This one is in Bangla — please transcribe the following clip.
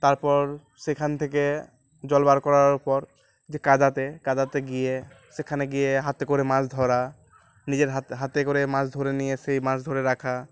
তারপর সেখান থেকে জলবার করার পর যে কদাতে কাদাতে গিয়ে সেখানে গিয়ে হাতে করে মাছ ধরা নিজের হতে হাতে করে মাছ ধরে নিয়ে সেই মাছ ধরে রাখা